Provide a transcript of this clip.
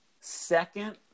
second